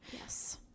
Yes